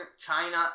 China